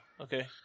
okay